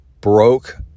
broke